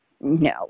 No